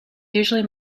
usually